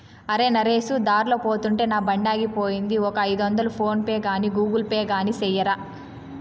అరే, నరేసు దార్లో పోతుంటే నా బండాగిపోయింది, ఒక ఐదొందలు ఫోన్ పే గాని గూగుల్ పే గాని సెయ్యరా